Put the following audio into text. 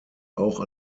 auch